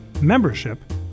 membership